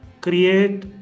Create